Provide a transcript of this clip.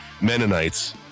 Mennonites